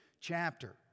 chapter